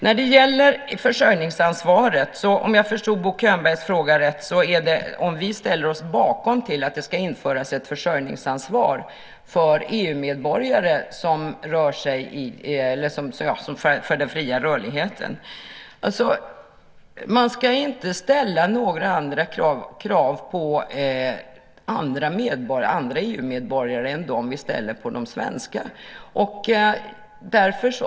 När det gäller försörjningsansvaret var Bo Könbergs fråga, om jag förstod den rätt, om vi ställer oss bakom att det att ska införas ett försörjningsansvar för EU-medborgare inom den fria rörligheten. Vi ska inte ställa andra krav på andra EU-medborgare än dem vi ställer på de svenska medborgarna.